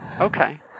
Okay